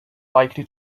likely